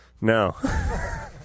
No